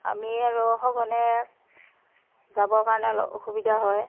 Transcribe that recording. আমি আৰু সঘনে যাবৰ কাৰণে অলপ অসুবিধা হয়